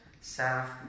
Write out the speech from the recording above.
South